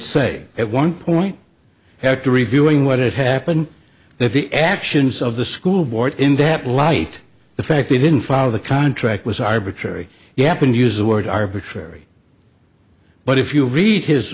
say at one point had to reviewing what had happened that the actions of the school board in that light the fact he didn't follow the contract was arbitrary you happen to use the word arbitrary but if you read his